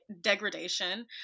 degradation